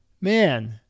Man